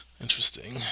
interesting